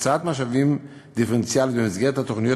הקצאת משאבים דיפרנציאלית במסגרת התוכניות